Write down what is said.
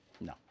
no